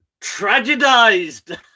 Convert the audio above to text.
tragedized